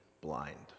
blind